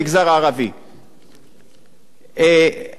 המגזר הערבי סובל באופן מיוחד,